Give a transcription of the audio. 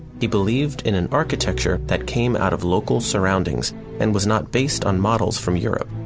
he believed in an architecture that came out of local surroundings and was not based on models from europe.